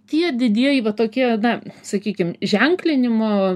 tie didieji va tokie na sakykim ženklinimo